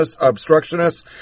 obstructionist